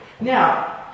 Now